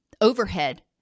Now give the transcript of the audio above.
overhead